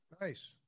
Nice